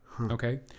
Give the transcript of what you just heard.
okay